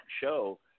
show